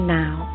now